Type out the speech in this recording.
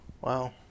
Wow